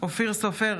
אופיר סופר,